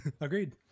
Agreed